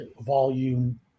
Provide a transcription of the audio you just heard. volume